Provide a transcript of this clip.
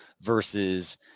versus